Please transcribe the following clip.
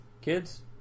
kids